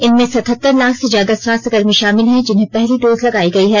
इनमें सतहतर लाख से ज्यादा स्वास्थ्यकर्मी शामिल हैं जिन्हें पहली डोज लगायी गयी है